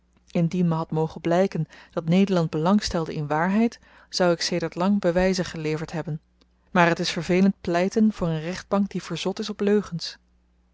indien me had mogen blyken dat nederland belang stelde in waarheid zou ik sedert lang bewyzen geleverd hebben maar t is vervelend pleiten voor n rechtbank die verzot is op leugens